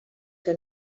que